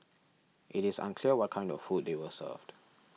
it is unclear what kind of food they were served